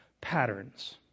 patterns